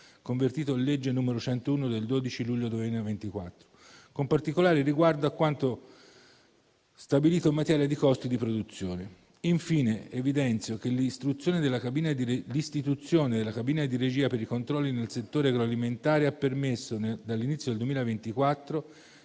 convertito in legge n. 101 del 12 luglio 2024, con particolare riguardo a quanto stabilito in materia di costi di produzione. Infine, evidenzio che l'istituzione della cabina di regia per i controlli nel settore agroalimentare ha permesso, dall'inizio del 2024,